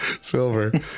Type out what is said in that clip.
Silver